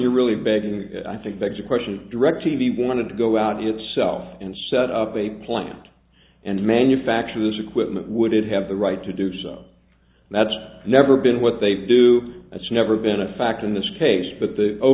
you're really begging i think begs the question directv wanted to go out itself and set up a plant and manufacturers equipment would have the right to do so and that's never been what they do that's never been a factor in this case but the o